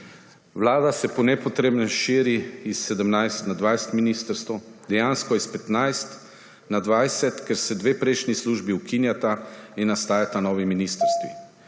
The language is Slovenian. Vlada se po potrebnem širi iz 17 na 20 ministrstev, dejansko iz 15 na 20, ker se dve prejšnji službi ukinjata in nastajata novi ministrstvi.